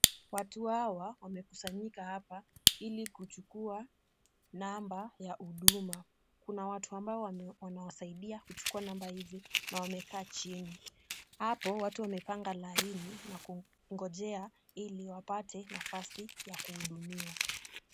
Watu hawa wamekusanyika hapa ili kuchukua namba ya huduma. Kuna watu ambao wanasaidia kuchukua namba hizi, na wamekaa chini. Hapo watu wamepanga laini na kungojea ili wapate nafasi ya kuhudumiwa.